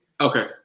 Okay